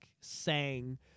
sang